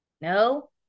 No